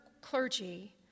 clergy